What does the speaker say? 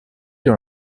dans